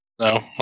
No